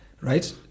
right